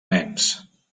nens